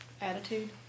attitude